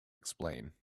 explain